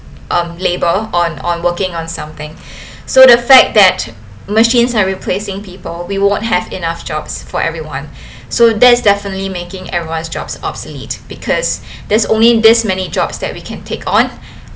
um labour on on working on something so the fact that machines are replacing people we won't have enough jobs for everyone so that's definitely making everyone's job obsolete because there's only these many jobs that we can take on